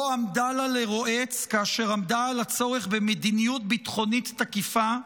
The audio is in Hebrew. לא עמדה לה לרועץ כאשר עמדה על הצורך במדיניות ביטחונית תקיפה,